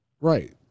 Right